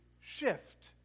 shift